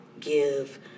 give